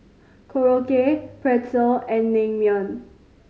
Korokke Pretzel and Naengmyeon